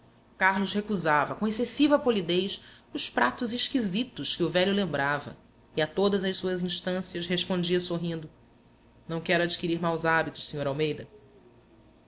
carlos recusava com excessiva polidez os pratos esquisitos que o velho lembrava e a todas as suas instâncias respondia sorrindo não quero adquirir maus hábitos sr almeida